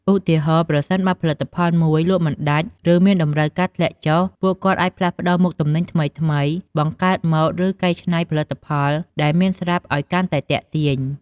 ឧទាហរណ៍ ប្រសិនបើផលិតផលមួយលក់មិនដាច់ ឬមានតម្រូវការធ្លាក់ចុះ ពួកគាត់អាចផ្លាស់ប្តូរមុខទំនិញថ្មីៗ បង្កើតម៉ូដ ឬកែច្នៃផលិតផលដែលមានស្រាប់ឱ្យកាន់តែទាក់ទាញ។